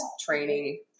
training